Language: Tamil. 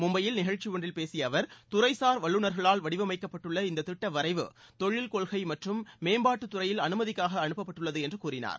மும்பையில் நிகழ்ச்சி ஒன்றில் பேசிய அவர் துறை சார் வல்லுநர்களால் வடிவமைக்கப்பட்டுள்ள இந்த திட்ட வரைவு தொழில் கொள்கை மற்றும் மேம்பாட்டுத் துறையில் அனுமதிக்காக அனுப்பப்பட்டுள்ளது என்று கூறினார்